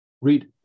read